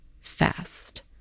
fast